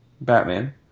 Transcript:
Batman